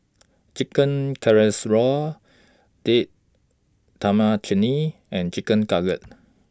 Chicken Casserole Date Tamarind Chutney and Chicken Cutlet